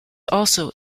also